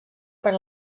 per